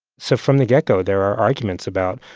so from the get-go, there are arguments about,